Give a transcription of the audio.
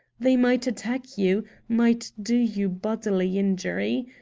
they might attack you, might do you bodily injury.